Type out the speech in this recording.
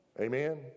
Amen